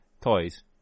toys